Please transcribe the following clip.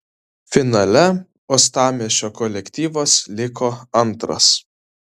finale uostamiesčio kolektyvas liko antras